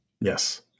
yes